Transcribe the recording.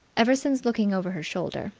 ever since, looking over her shoulder,